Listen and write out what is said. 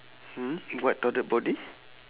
mm what toddler body